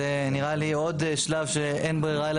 זה נראה לי עוד שלב שאין ברירה,